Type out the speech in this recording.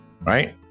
Right